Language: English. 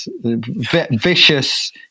vicious